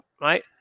right